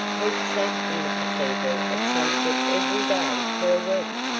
we've sat in the cathedral at sunset every day for a week.